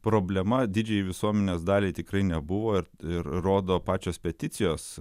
problema didžiajai visuomenės daliai tikrai nebuvo ir rodo pačios peticijos